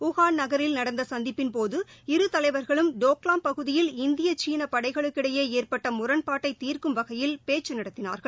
Wuhan நகில் நடந்த சந்திட்பின் போது இரு தலைவர்களும் டோக்லாந்து பகுதியில் இந்திய சீன படைகளுக்கிடையே ஏற்பட்ட முரண்பாட்டை தீர்க்கும் வகையில் பேச்சு நடத்தினார்கள்